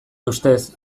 ustez